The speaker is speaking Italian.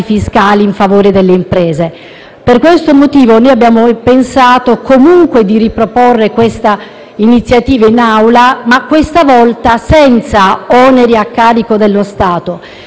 Per questo motivo, noi abbiamo pensato comunque di riproporre siffatta iniziativa in Aula, ma questa volta senza oneri a carico dello Stato e, quindi, dando la possibilità